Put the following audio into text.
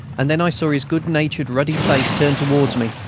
and then i saw his good-natured ruddy face turned towards me.